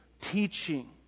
teaching